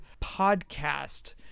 Podcast